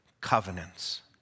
covenants